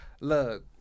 Look